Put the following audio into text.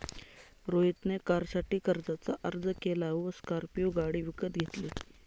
रोहित ने कारसाठी कर्जाचा अर्ज केला व स्कॉर्पियो गाडी विकत घेतली